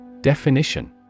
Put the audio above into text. Definition